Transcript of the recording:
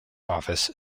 office